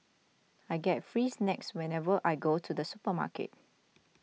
I get free snacks whenever I go to the supermarket